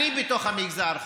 אני בתוך המגזר חי,